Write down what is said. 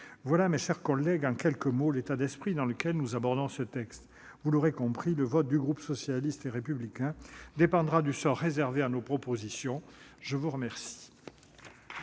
mots, mes chers collègues, l'état d'esprit dans lequel nous abordons ce texte. Vous l'aurez compris, le vote du groupe socialiste et républicain dépendra du sort réservé à ses propositions. La parole